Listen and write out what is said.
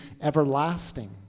everlasting